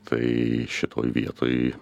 tai šitoj vietoj